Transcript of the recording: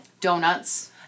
Donuts